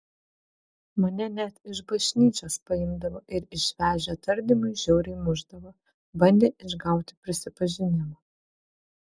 mane net iš bažnyčios paimdavo ir išvežę tardymui žiauriai mušdavo bandė išgauti prisipažinimą